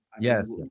Yes